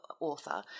author